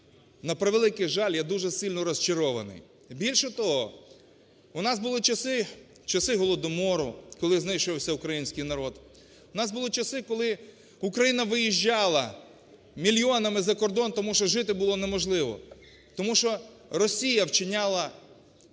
на превеликий жаль, я дуже сильно розчарований. Більше того, у нас були часи, часи Голодомору, коли знищувався український народ, у нас були часи, коли Україна виїжджала мільйонами за кордон, тому що жити було неможливо. Тому що Росія вчиняла